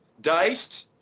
diced